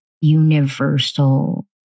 universal